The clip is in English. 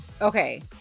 Okay